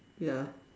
ya